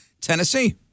Tennessee